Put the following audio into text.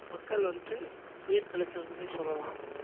மக்கள் வந்துட்டு உயிர் பிழைச்சாங்கன்னே சொல்லலாம்